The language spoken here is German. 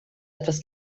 etwas